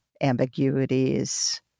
ambiguities